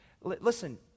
listen